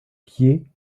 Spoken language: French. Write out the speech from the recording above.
pieds